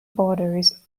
borders